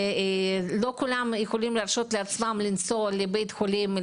ולא כולם יכולים להרשות לעצמם לנסוע לבית חולים במרכז,